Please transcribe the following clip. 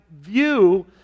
view